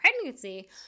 pregnancy